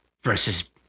versus